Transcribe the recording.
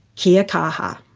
kia kaha.